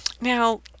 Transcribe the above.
Now